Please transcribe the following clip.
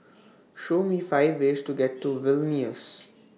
Show Me five ways to get to Vilnius